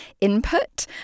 input